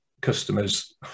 customers